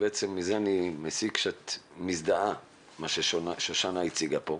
ובעצם מזה אני מסיק שאת מזדהה עם מה ששושנה הציגה פה.